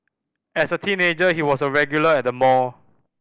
as a teenager he was a regular at the mall